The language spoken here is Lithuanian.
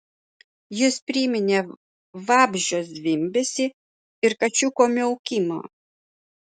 jis priminė vabzdžio zvimbesį ir kačiuko miaukimą